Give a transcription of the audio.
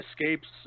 escapes